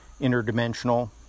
interdimensional